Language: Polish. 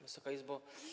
Wysoka Izbo!